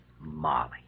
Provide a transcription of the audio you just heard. Molly